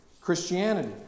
Christianity